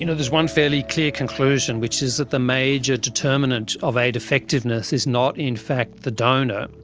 you know there's one fairly clear conclusion which is that the major determinant of aid effectiveness is not in fact the donor,